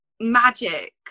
magic